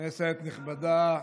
כנסת נכבדה,